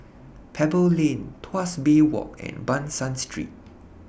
Pebble Lane Tuas Bay Walk and Ban San Street